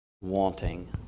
wanting